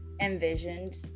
envisioned